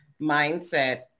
mindset